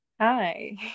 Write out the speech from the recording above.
Hi